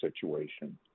situation